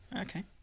okay